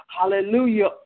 Hallelujah